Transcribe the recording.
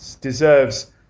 deserves